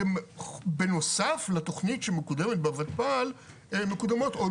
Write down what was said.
בנוסף לתכנית שמקודמת בוותמ"ל מקודמות עוד